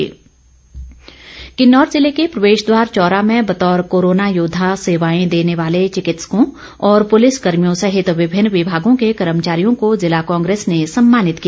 सम्मान किन्नौर ज़िले के प्रवेश द्वार चौरा में बतौर कोरोना योद्वा सेवाएं देने वाले चिकित्सकों पुलिस कर्भियों सहित विभिन्न विभागों के कर्मचारियों को जिला कांग्रेस ने सम्मानित किया